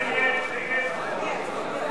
הצעת סיעת קדימה